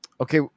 Okay